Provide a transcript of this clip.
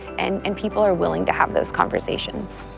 and and people are willing to have those conversations.